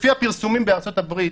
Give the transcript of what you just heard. לפי הפרסומים בארצות הברית,